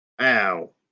Ow